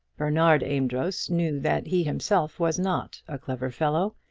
bernard amedroz knew that he himself was not a clever fellow,